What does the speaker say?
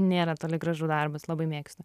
nėra toli gražu darbas labai mėgstu